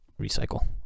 recycle